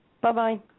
Bye-bye